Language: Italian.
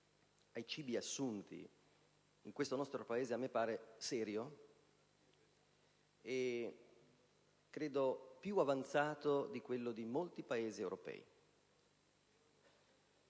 ai cibi assunti, in questo nostro Paese a me pare serio e più avanzato di quello di molti Paesi europei.